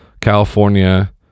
california